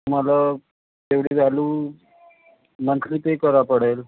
तुम्हाला तेवढी value monthly pay करावं पडेल